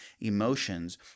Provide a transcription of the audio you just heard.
emotions